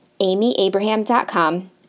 amyabraham.com